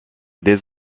des